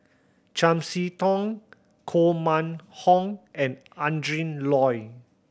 Chiam See Tong Koh Mun Hong and Adrin Loi